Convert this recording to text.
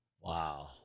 Wow